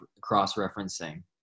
cross-referencing